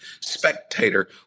spectator